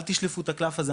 אל תשלפו את הקלף הזה,